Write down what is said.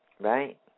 right